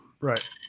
right